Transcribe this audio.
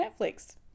Netflix